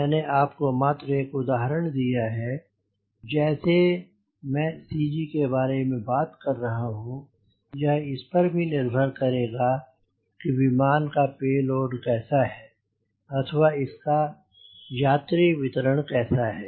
मैंने आपको मात्र एक उदाहरण दिया है और जैसे मैं CG के बारे में बात कर रहा हूँ यह इस पर भी निर्भर करेगा कि विमान का पे लोड कैसा है अथवा इसका यात्री वितरण कैसा है